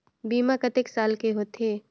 बीमा कतेक साल के होथे?